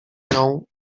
nią